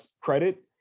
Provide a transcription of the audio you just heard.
credit